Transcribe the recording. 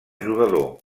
jugador